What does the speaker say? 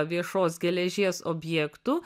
viešos geležies objektų